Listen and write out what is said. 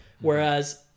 whereas